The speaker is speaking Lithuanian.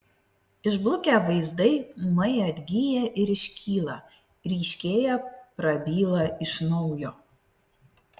išblukę vaizdai ūmai atgyja ir iškyla ryškėja prabyla iš naujo